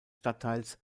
stadtteils